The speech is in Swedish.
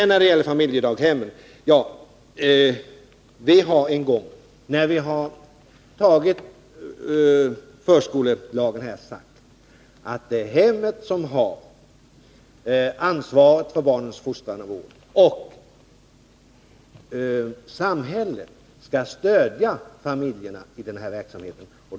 När det gäller familjedaghemmen har vi en gång, när vi antog förskolelagen, sagt att det är hemmet som har ansvaret för barnens fostran och vård, och samhället skall stödja familjerna i denna verksamhet.